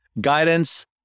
guidance